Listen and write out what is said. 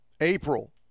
April